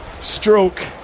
stroke